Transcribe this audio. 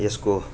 यसको